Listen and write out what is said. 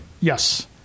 Yes